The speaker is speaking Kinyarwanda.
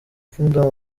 kingdom